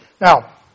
Now